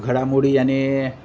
घडामोडी याने